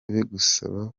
bigusaba